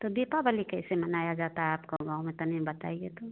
तो दीपावली कैसे मनाया जाता है आपका गाँव में तनिक बताइए तो